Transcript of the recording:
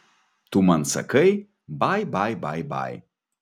tu man sakai bai bai bai bai